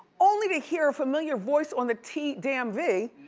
only to hear a familiar voice on the t damn v.